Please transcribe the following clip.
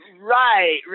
right